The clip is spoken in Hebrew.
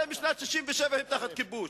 הרי משנת 67' הם תחת כיבוש,